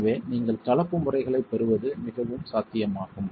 எனவே நீங்கள் கலப்பு முறைகளைப் பெறுவது மிகவும் சாத்தியமாகும்